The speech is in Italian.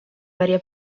varie